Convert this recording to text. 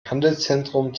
handelszentrum